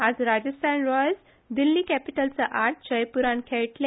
आयज राजस्थान रॉयल्स दिल्ली कॅपीटल्सा आड जयपुरांत खेळटले